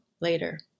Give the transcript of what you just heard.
later